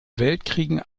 weltkriegen